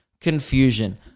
confusion